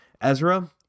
Ezra